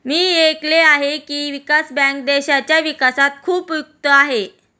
मी ऐकले आहे की, विकास बँक देशाच्या विकासात खूप उपयुक्त आहे